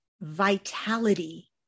vitality